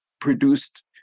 produced